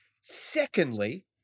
Secondly